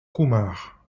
kumar